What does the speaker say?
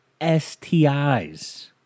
STIs